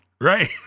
Right